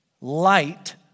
Light